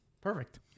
Perfect